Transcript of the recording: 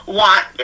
want